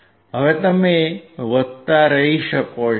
હવે તમે વધતા રહી શકો છો